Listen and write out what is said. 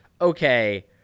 okay